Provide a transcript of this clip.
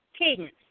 Cadence